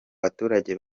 baturage